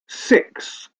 six